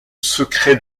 secret